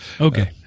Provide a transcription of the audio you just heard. Okay